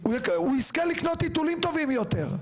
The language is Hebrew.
הוא יזכה לקנות טיטולים טובים יותר.